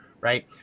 Right